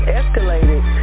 escalated